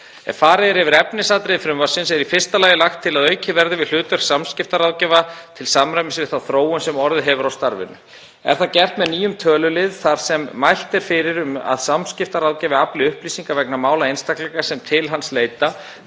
Ef farið er yfir efnisatriði frumvarpsins er í fyrsta lagi lagt til að aukið verði við hlutverk samskiptaráðgjafa til samræmis við þá þróun sem orðið hefur á starfinu. Er það gert með nýjum tölulið þar sem mælt er fyrir um að samskiptaráðgjafi afli upplýsinga vegna mála einstaklinga sem til hans leita